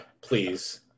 please